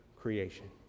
creation